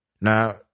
Now